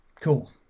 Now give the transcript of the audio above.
Cool